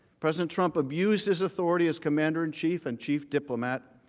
president trump abused his authority as commander in chief and chief diplomat,